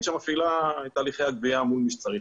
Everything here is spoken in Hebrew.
שמפעילה את תהליכי הגבייה מול מי שצריך.